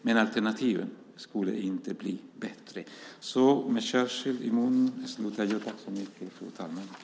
Men alternativen skulle inte bli bättre. Jag slutar mitt anförande med Churchills ord i min mun.